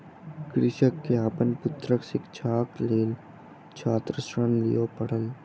कृषक के अपन पुत्रक शिक्षाक लेल छात्र ऋण लिअ पड़ल